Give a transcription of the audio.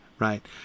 Right